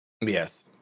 Yes